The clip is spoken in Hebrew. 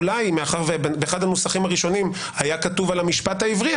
אולי מאחר שבאחד הנוסחים הראשונים היה כתוב על המשפט העברי,